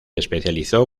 especializó